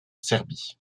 serbie